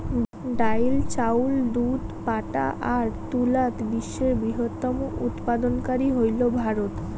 ডাইল, চাউল, দুধ, পাটা আর তুলাত বিশ্বের বৃহত্তম উৎপাদনকারী হইল ভারত